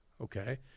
Okay